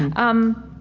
um,